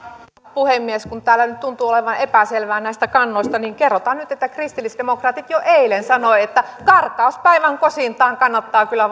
puhemies kun täällä nyt tuntuu olevan epäselvyyttä näistä kannoista niin kerrotaan nyt että kristillisdemokraatit jo eilen sanoi että karkauspäivän kosintaan kannattaa kyllä